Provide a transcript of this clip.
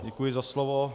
Děkuji za slovo.